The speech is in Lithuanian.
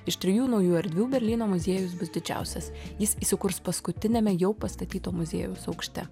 iš trijų naujų erdvių berlyno muziejus bus didžiausias jis įsikurs paskutiniame jau pastatyto muziejaus aukšte